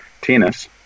tennis